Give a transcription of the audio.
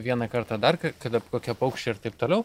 vieną kartą dar k kada kokie paukščiai ir taip toliau